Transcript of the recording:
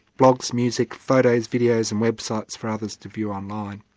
blogs, music, photos, videos and websites for others to view on line.